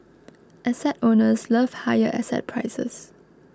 asset owners love higher asset prices